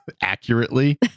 accurately